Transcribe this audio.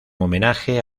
homenaje